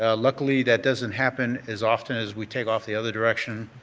ah luckily that doesn't happen as often as we take off the other direction.